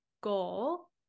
goal